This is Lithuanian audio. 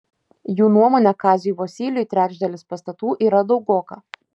jų nuomone kaziui vosyliui trečdalis pastatų yra daugoka